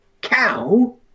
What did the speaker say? cow